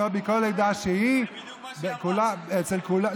מכל עדה שהיא, אצל כולם.